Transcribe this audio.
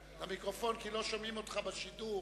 כי לא שומעים אותך בשידור,